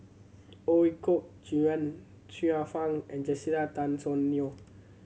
Ooi Kok Chuen Xiu Fang and Jessica Tan Soon Neo